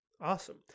Awesome